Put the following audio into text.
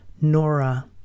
Nora